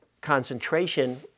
concentration